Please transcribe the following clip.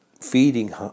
feeding